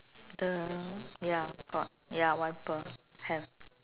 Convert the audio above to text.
the ya got ya wiper have